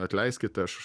atleiskit aš